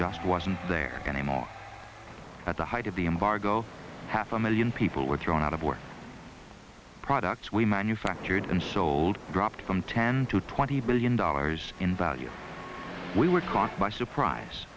just wasn't there anymore at the height of the embargo half a million people were thrown out of work products we manufactured and sold dropped from ten to twenty billion dollars in value we were caught by surprise